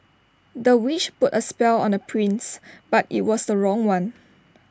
the witch put A spell on the prince but IT was the wrong one